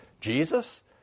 Jesus